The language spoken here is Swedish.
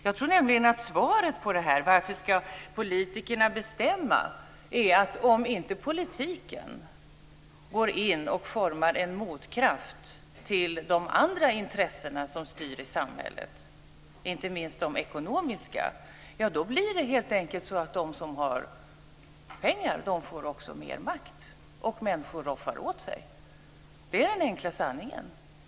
Jag tror nämligen att svaret på frågan varför politikerna ska bestämma är att om inte politiken går in och formar en motkraft till de andra intressena som styr i samhället, inte minst de ekonomiska, blir det helt enkelt så att de som har pengar får också mer makt och människor roffar åt sig. Det är den enkla sanningen.